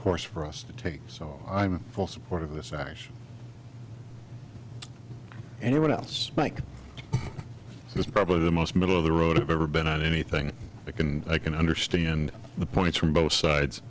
course for us to take so i'm in full support of this action anyone else like it's probably the most middle of the road i've ever been at anything i can i can understand the points from both sides